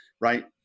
right